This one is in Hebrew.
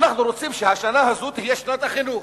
אנחנו רוצים שהשנה הזו תהיה שנת החינוך,